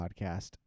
Podcast